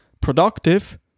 productive